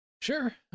Sure